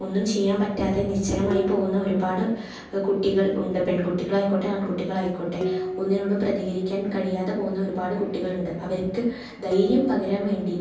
ഒന്നും ചെയ്യാൻ പറ്റാതെ നിശ്ചലമായി പോകുന്ന ഒരുപാട് കുട്ടികൾ ഉണ്ട് പെൺകുട്ടികളായിക്കോട്ടെ ആൺ കുട്ടികളായിക്കോട്ടെ ഒന്നിനോടും പ്രതികരിക്കാൻ കഴിയാതെ പോകുന്ന ഒരുപാട് കുട്ടികളുണ്ട് അവർക്ക് ധൈര്യം പകരാൻ വേണ്ടി